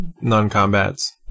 non-combats